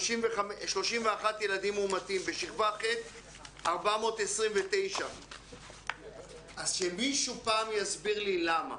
431 ילדים מאומתים; בשכבה ח' 429. אז שמישהו פעם יסביר לי למה.